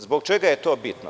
Zbog čega je to bitno?